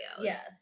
Yes